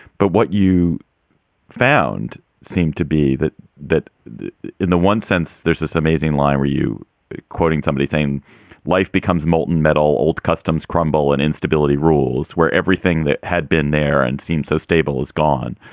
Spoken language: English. but what you found seemed to be that that in one sense, there's this amazing line were you quoting somebody saying life becomes molten metal, old customs crumble and instability rules where everything that had been there and seemed so stable is gone.